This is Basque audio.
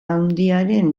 handiaren